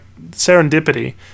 serendipity